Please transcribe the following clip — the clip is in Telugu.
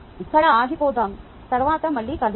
ఇక్కడ ఆగిపోదాం తరువాత మళ్ళీ కలుద్దాం